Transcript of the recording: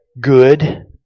good